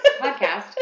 podcast